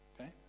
Okay